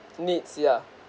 needs yeah